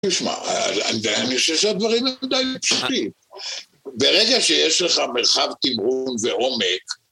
תשמע, אני חושב שהדברים הם די פשוטים, ברגע שיש לך מרחב תמרון ועומק